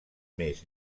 més